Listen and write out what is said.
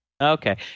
Okay